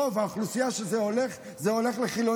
רוב האוכלוסייה שזה הולך אליה זה לחילונים,